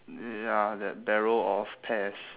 ya that barrel of pears